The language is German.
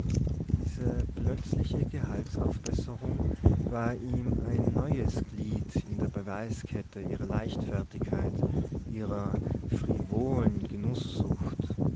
diese plötzliche gehaltsaufbesserung war ihm ein neues glied in der beweiskette ihrer leichtfertigkeit ihrer frivolen genußsucht